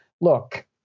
look